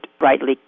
rightly